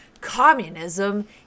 communism